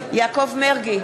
יעקב מרגי,